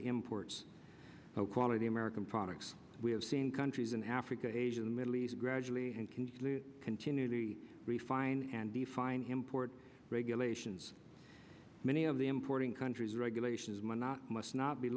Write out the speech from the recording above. the imports of quality american products we have seen countries in africa asia in the middle east gradually and can continue to refine and define him port regulations many of the importing countries regulations might not